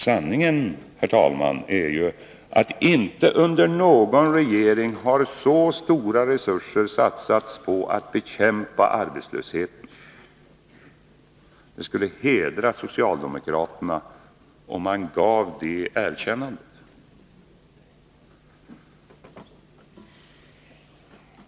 Sanningen är, herr talman, att inte under någon regering har så stora resurser satsats på att bekämpa arbetslösheten. Det skulle hedra socialdemokraterna om de gav det erkännandet.